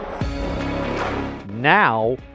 Now